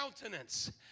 countenance